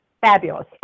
fabulous